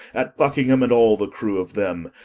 at buckingham, and all the crew of them,